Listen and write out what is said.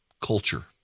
culture